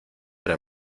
era